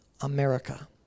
America